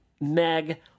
meg